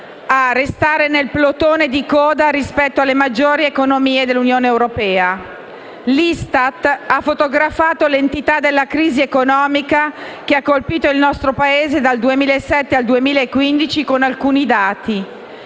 a restare nel plotone di coda rispetto alle maggiori economie dell'Unione europea. L'ISTAT ha fotografato l'entità della crisi economica che ha colpito il nostro Paese dal 2007 al 2015 con alcuni dati: